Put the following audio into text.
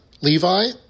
Levi